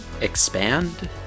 Expand